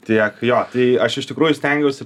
tiek jo tai aš iš tikrųjų stengiausi